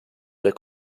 der